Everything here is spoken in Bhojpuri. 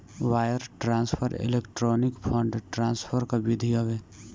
wire transfer electronic fund transfer कअ विधि हवे